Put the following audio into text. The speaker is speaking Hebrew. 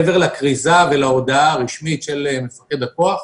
מעבר לכריזה ולהודעה הרשמית של מפקד הכוח,